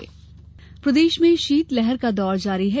मौसम प्रदेश में शीतलहर का दौर जारी है